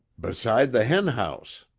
beside the hen house.